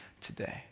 today